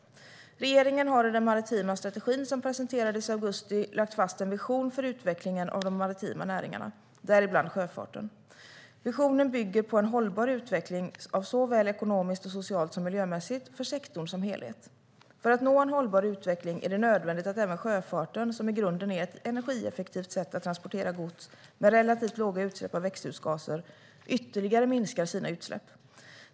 Regeringen har i den maritima strategin som presenterades i augusti lagt fast en vision för utvecklingen av de maritima näringarna, däribland sjöfarten. Visionen bygger på en hållbar utveckling såväl ekonomiskt och socialt som miljömässigt för sektorn som helhet. För att nå en hållbar utveckling är det nödvändigt att även sjöfarten, som i grunden är ett energieffektivt sätt att transportera gods med relativt låga utsläpp av växthusgaser, ytterligare minskar sina utsläpp.